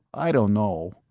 i don't know.